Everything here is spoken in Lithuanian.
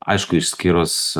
aišku išskyrus